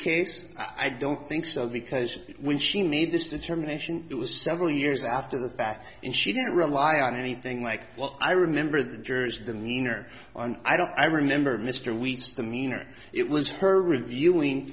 case i don't think so because when she made this determination it was several years after the fact and she didn't rely on anything like what i remember the jurors the meaner and i don't i remember mr weitz demeanor it was her reviewing